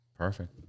Perfect